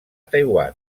taiwan